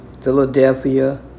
Philadelphia